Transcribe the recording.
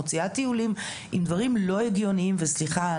מוציאה טיולים עם דברים לא הגיוניים וסליחה,